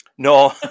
No